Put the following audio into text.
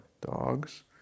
dogs